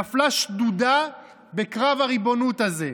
נפלה שדודה בקרב הריבונות הזה?